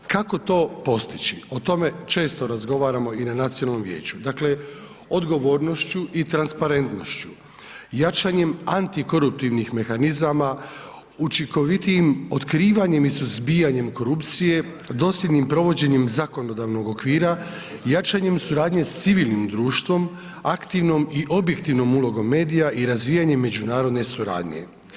Kako to postići, o tome često razgovaramo i na nacionalnom vijeću, dakle odgovornošću i transparentnošću, jačanjem antikoruptivnih mehanizama, učinkovitijim otkrivanjem i suzbijanjem korupcije, dosljednim provođenjem zakonodavnog okvira, jačanjem suradnje s civilnim društvom, aktivnom i objektivnom ulogom medija i razvijanjem međunarodne suradnje.